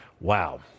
Wow